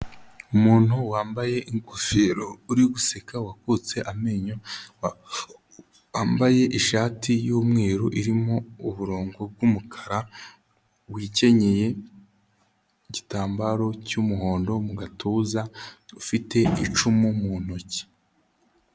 Umuntu wambaye ingofero uri guseka, wakutse amenyo wambaye ishati y'umweru irimo uburongo bw'umukara wikenyeye igitambaro cy'umuhondo mu gatuza, ufite icumu mu ntoki.